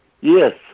Yes